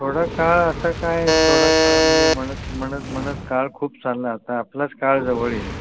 थोडा काळ आता काय थोडा काळ म्हणजे म्हणत म्हणत म्हणत काळ खूप चालला आता आपलाच काळ जवळ येईल